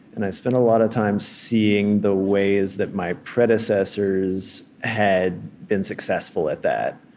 and i spent a lot of time seeing the ways that my predecessors had been successful at that,